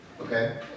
okay